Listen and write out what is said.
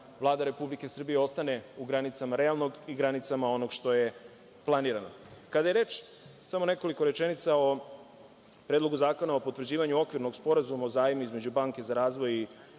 Vlada Republike Srbije ostane u granicama realnog i granicama onoga što je planirano. Samo nekoliko rečenica o Predlogu zakona o potvrđivanju Okvirnog sporazuma o zajmu između Banke za razvoj i